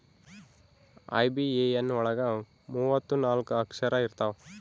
IBAN ಒಳಗ ಮೂವತ್ತು ನಾಲ್ಕ ಅಕ್ಷರ ಇರ್ತವಾ